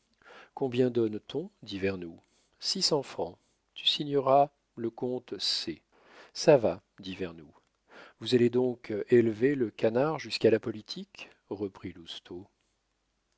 combien donne-t-on dit vernou six cents francs tu signeras le comte c ça va dit vernou vous allez donc élever le canard jusqu'à la politique reprit